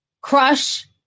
crush